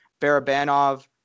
Barabanov